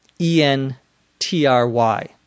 E-N-T-R-Y